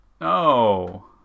no